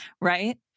right